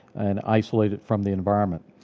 and isolate it from the environment.